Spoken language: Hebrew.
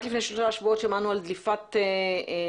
רק לפני שלושה שבועות שמענו על דליפת נפט,